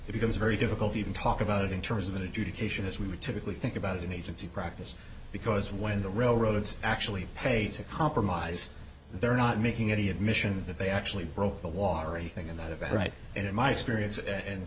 it becomes very difficult to even talk about it in terms of an adjudication as we would typically think about an agency practice because when the railroads actually paid to compromise they're not making any admission that they actually broke the water or anything in that event right and in my experience and